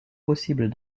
possibles